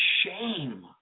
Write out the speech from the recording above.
shame